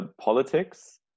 politics